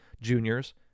juniors